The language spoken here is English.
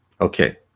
Okay